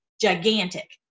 gigantic